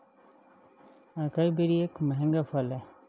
acai berry एक महंगा फल है